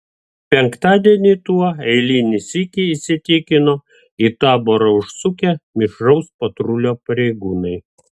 penktadienį tuo eilinį sykį įsitikino į taborą užsukę mišraus patrulio pareigūnai